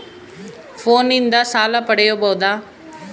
ಫೋನಿನಿಂದ ಸಾಲ ಪಡೇಬೋದ?